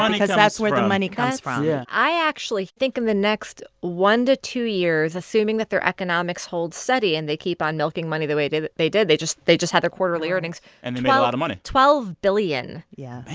um because that's where the money comes from yeah i actually think in the next one to two years, assuming that their economics hold steady, and they keep on milking money the way they did they just they just had their quarterly earnings and they made a lot of money twelve billion. yeah